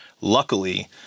luckily